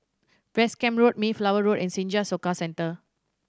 West Camp Road Mayflower Road and Senja Soka Centre